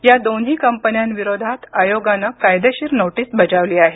या दोन्ही कंपन्यांविरोधात आयोगानं कायदेशीर नोटीस बजावली आहे